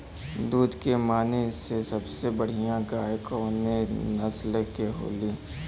दुध के माने मे सबसे बढ़ियां गाय कवने नस्ल के होली?